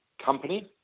company